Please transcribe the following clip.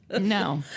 No